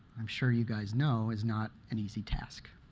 i'm sure you guys know, is not an easy task.